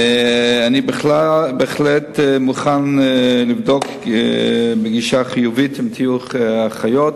אני בהחלט מוכן לבדוק בגישה חיובית את נושא האחיות.